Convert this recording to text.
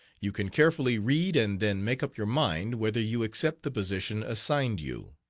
you can carefully read and then make up your mind whether you accept the position assigned you.